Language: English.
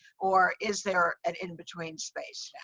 or is there an in between space? yeah